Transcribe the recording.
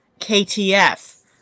KTF